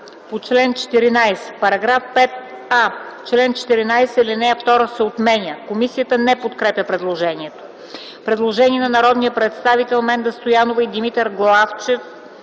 по чл. 14: „§ 5а. В чл. 14, ал. 2 се отменя.” Комисията не подкрепя предложението. Предложение на народния представител Менда Стоянов и Димитър Главчев